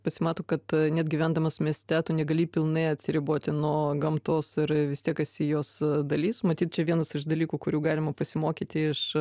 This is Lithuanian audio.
pasimato kad net gyvendamas mieste tu negali pilnai atsiriboti nuo gamtos ir vis tiek esi jos dalis matyt čia vienas iš dalykų kurių galima pasimokyti iš